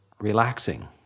relaxing